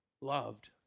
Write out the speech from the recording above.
loved